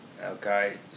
okay